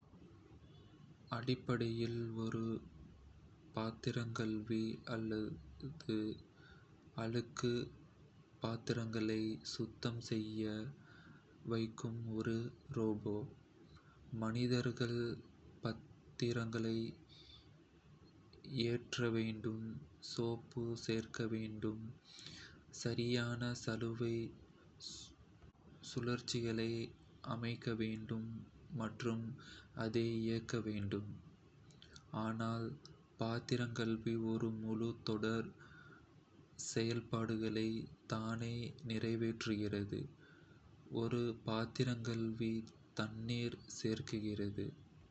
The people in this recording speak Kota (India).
அடிப்படையில், ஒரு பாத்திரங்கழுவி அழுக்கு பாத்திரங்களை சுத்தம் செய்து துவைக்கும் ஒரு ரோபோ. மனிதர்கள் பாத்திரங்களை ஏற்ற வேண்டும், சோப்பு சேர்க்க வேண்டும், சரியான சலவை சுழற்சிகளை அமைக்க வேண்டும் மற்றும் அதை இயக்க வேண்டும், ஆனால் பாத்திரங்கழுவி ஒரு முழு தொடர் செயல்பாடுகளை தானே நிறைவேற்றுகிறது. ஒரு பாத்திரங்கழுவி தண்ணீர் சேர்க்கிறது தேவையான வெப்பநிலைக்கு தண்ணீரை சூடாக்குகிறது டிடர்ஜென்ட் டிஸ்பென்சரை சரியான நேரத்தில் தானாகவே திறக்கும் பாத்திரங்களைச் சுத்தமாகப் பெற, ஸ்ப்ரே கைகள் மூலம் தண்ணீரைச் சுடுகிறது அழுக்கு நீரை வெளியேற்றுகிறது பாத்திரங்களை துவைக்க அதிக தண்ணீர் தெளிக்கிறது